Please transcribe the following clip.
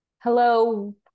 Hello